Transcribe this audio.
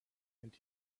and